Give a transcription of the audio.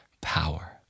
power